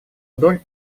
вдоль